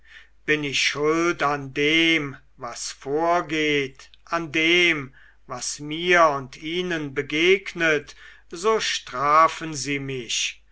bin ich schuld an dem was vorgeht an dem was mir und ihnen begegnet so strafen sie mich